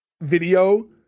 video